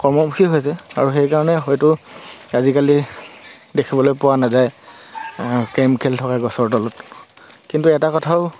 কৰ্মমুখী হৈছে আৰু সেইকাৰণে হয়টো আজিকালি দেখিবলৈ পোৱা নাযায় কেৰম খেলি থকা গছৰ তলত কিন্তু এটা কথাও